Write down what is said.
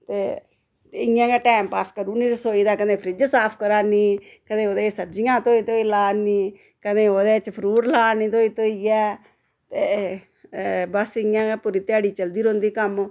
ते इ'यां गै टैमपास करू उड़नी रसोई दा कन्नै फ्रिज साफ करा नी कदें ओह्दे च सब्जियां धोई धोई ला इ नी कदें ओह्दे च फरूट ला नी धोई धोइयै ते बस इ'यां गै पूरी ध्याड़ी चलदी रौंह्दी कम्म